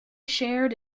shared